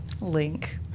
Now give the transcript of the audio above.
Link